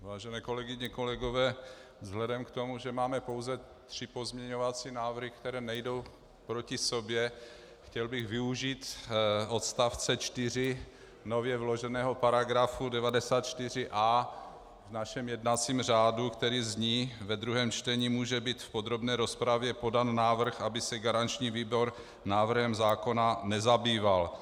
Vážené kolegyně, kolegové, vzhledem k tomu, že máme pouze tři pozměňovací návrhy, které nejdou proti sobě, chtěl bych využít odstavce 4 nově vloženého paragrafu 94a v našem jednacím řádu, který zní: Ve druhém čtení může být v podrobné rozpravě podán návrh, aby se garanční výbor návrhem zákona nezabýval.